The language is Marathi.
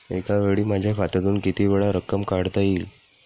एकावेळी माझ्या खात्यातून कितीवेळा रक्कम काढता येईल?